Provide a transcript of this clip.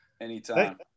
anytime